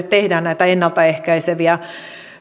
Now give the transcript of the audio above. tehdään näitä ennalta ehkäiseviä